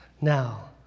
now